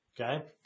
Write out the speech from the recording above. Okay